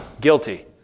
guilty